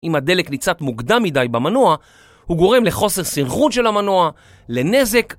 אם הדלק ניצת מוקדם מדי במנוע, הוא גורם לחוסר סנכרון של המנוע, לנזק